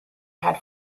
had